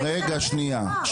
רגע, שנייה.